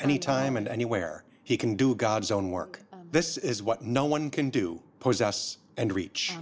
anytime and anywhere he can do god's own work this is what no one can do possess and reach